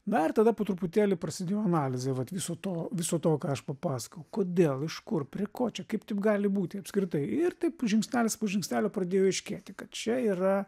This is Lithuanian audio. na ir tada po truputėlį prasidėjo analizė vat viso to viso to ką aš papasakojau kodėl iš kur prie ko čia kaip taip gali būti apskritai ir taip žingsnelis po žingsnelio pradėjo aiškėti kad čia yra